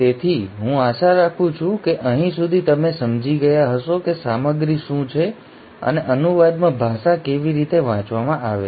તેથી હું આશા રાખું છું કે અહીં સુધી તમે સમજી ગયા હશો કે સામગ્રી શું છે અને અનુવાદમાં ભાષા કેવી રીતે વાંચવામાં આવે છે